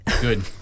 good